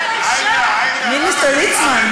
מיניסטר ליצמן.